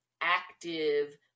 active